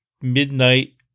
midnight